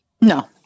No